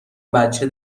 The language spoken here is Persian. بچه